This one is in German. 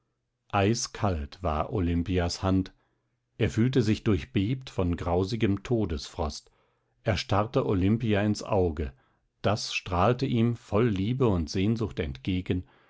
eiskalt war olimpias hand er fühlte sich durchbebt von grausigem todesfrost er starrte olimpia ins auge das strahlte ihm voll liebe und sehnsucht entgegen